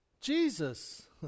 jesus